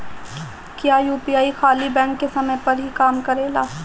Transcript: क्या यू.पी.आई खाली बैंक के समय पर ही काम करेला?